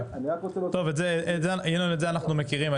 את זה אנחנו מכירים.